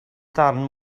darn